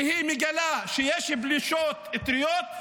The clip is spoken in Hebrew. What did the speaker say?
שמגלה כשיש פלישות טריות.